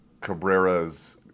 Cabrera's